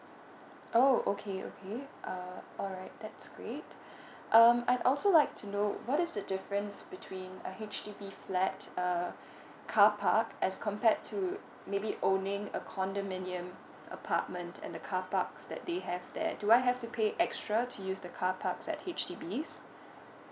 oh okay okay uh alright that's great um I also like to know what is the difference between a H_D_B flat uh carpark as compared to maybe owning a condominium apartment and the carparks that they have there do I have to pay extra to use the carparks at H_D_B